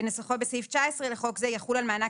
כנוסחו בסעיף 19 לחוק זה יחול על מענק